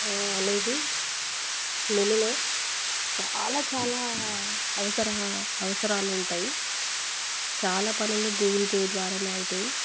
అనేది నెలలో చాలా చాలా అవసరా అవసరాలు ఉంటాయి చాలా పనులు గూగుల్ పే ద్వారానే అవుతాయి